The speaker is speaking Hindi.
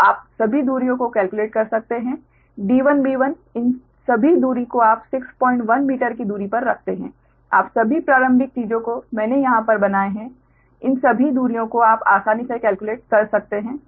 तो आप सभी दूरियों को केल्क्युलेट कर सकते हैं d1b1 इन सभी दूरी को आप 61 मीटर की दूरी पर रखते हैं आप सभी प्रारंभिक चीजों को मैंने यहां पर बनाये हैं इन सभी दूरियों को आप आसानी से केल्क्युलेट कर सकते हैं